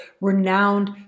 renowned